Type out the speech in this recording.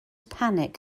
panic